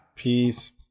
Peace